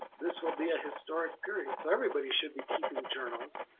this will be a historic period so everybody should be keeping journals.